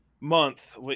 month